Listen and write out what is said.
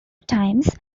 times